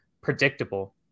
predictable